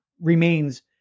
remains